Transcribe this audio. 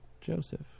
Joseph